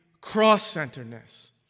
cross-centeredness